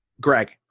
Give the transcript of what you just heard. Greg